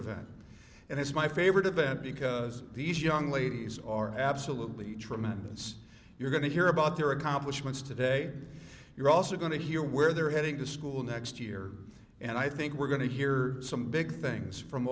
event and it's my favorite event because these young ladies are absolutely tremendous you're going to hear about their accomplishments today you're also going to hear where they're heading to school next year and i think we're going to hear some big things from